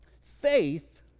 Faith